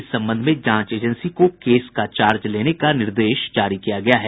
इस संबंध में जांच एजेंसी को केस का चार्ज लेने का निर्देश जारी किया गया है